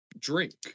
drink